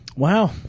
Wow